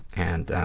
and